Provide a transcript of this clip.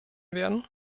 werden